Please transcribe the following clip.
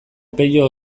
pello